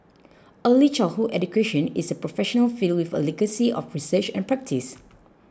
early childhood education is a professional field with a legacy of research and practice